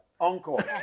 Encore